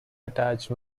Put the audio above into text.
attached